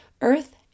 earth